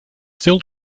still